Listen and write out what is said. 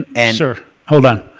and and sir. hold on.